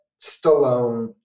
Stallone